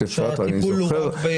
שהטיפול הוא רק בסכום.